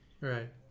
right